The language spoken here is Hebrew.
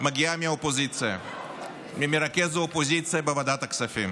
מגיעה מהאופוזיציה וממרכז האופוזיציה בוועדת הכספים,